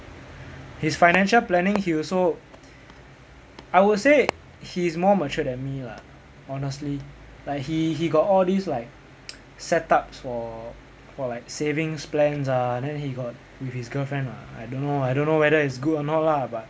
his financial planning he also I would say he's more mature than me lah honestly like he he got all this like set-ups for for like savings plans ah then he got with his girlfriend ah I don't know I don't know whether it's good or not lah but